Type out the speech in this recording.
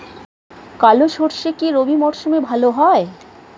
কালো সরষে কি রবি মরশুমে ভালো হয়?